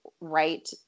right